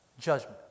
judgment